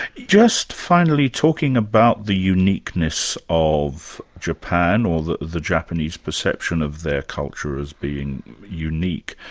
just finally talking about the uniqueness of japan, or the the japanese perception of their culture as being unique,